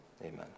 Amen